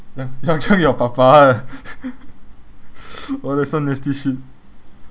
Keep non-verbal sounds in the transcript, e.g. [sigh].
yang quan your papa eh [laughs] !wah! that's some nasty shit